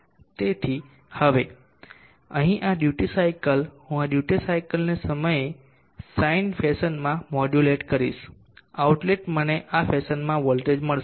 તેથી હવે અહીં આ ડ્યુટી સાયકલ હું આ ડ્યુટી સાયકલને આ સમયે સાઈન ફેશનમાં મોડ્યુલેટ કરીશ આઉટપુટ મને આ ફેશનમાં વોલ્ટેજ મળશે